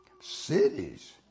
cities